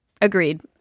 Agreed